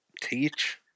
teach